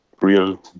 real